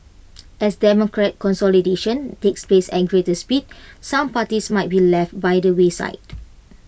as democratic consolidation takes place at greater speed some parties might be left by the wayside